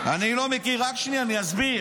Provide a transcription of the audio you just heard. אז מה רע, רק שנייה, אני אסביר.